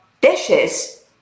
dishes